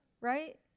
right